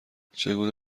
چگونه